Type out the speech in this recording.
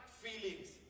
feelings